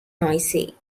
noisy